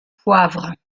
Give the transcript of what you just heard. poivre